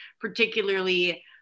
particularly